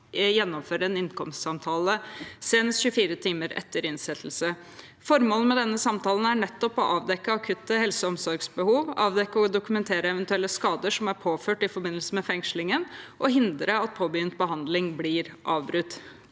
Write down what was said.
gjennomfører en innkomstsamtale senest 24 timer etter innsettelse. Formålet med denne samtalen er nettopp å avdekke akutte helse- og omsorgsbehov, avdekke og dokumentere eventuelle skader som er påført i forbindelse med fengslingen, og hindre at påbegynt behandling blir avbrutt.